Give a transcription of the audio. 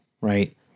right